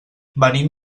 venim